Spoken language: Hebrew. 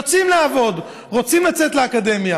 יוצאים לעבוד, רוצים לצאת לאקדמיה.